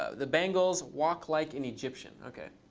the bangles, walk like an egyptian. ok.